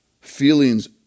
Feelings